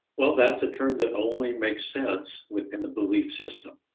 well, that's a term that only makes sense within the belief system.